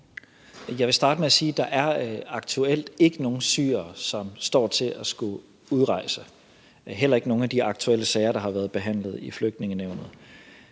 Jeg vil starte med at sige, at der aktuelt ikke er nogen syrere, som står til at skulle udrejse – heller ikke i nogen af de aktuelle sager, der har været behandlet i Flygtningenævnet.